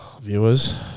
Viewers